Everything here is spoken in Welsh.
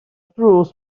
drws